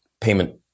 payment